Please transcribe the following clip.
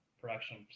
production